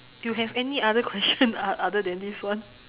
you have any other question other than this one